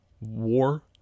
war